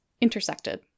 intersected